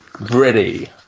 Ready